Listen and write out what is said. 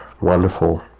wonderful